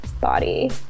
body